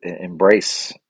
embrace